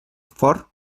fort